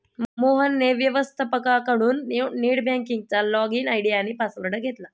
मोहनने व्यवस्थपकाकडून नेट बँकिंगचा लॉगइन आय.डी आणि पासवर्ड घेतला